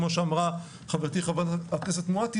כמו שאמרה חברתי חברת הכנסת מואטי,